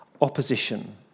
opposition